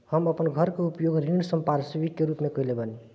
हम अपन घर के उपयोग ऋण संपार्श्विक के रूप में कईले बानी